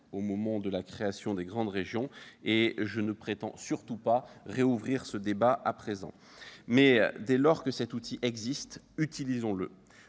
au moment de la création des grandes régions. Je ne prétends surtout pas rouvrir ce débat aujourd'hui. Mais dès lors que cet outil existe, utilisons-le